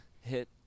hit